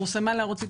פורסמה להערות הציבור,